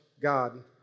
God